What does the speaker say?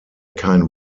kein